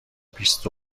بیست